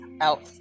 Out